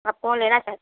आप कौन लेना चाहती हो